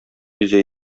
йөзә